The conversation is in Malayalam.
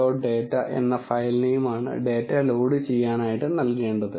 data എന്ന ഫയൽനെയിമാണ് ഡേറ്റ ലോഡ് ചെയ്യാനായിട്ട് നൽകേണ്ടത്